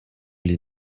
les